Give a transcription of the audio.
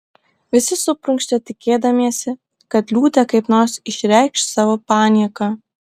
visi suprunkštė tikėdamiesi kad liūtė kaip nors išreikš savo panieką